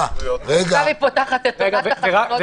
עכשיו את פותחת את אילת לחתונות באילת.